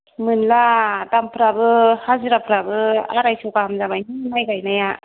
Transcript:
मोनला दामफ्राबो हाजिरा फ्राबो आरायस' गाहाम जाबाय माय गायनाया